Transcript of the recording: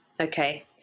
okay